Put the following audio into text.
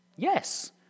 Yes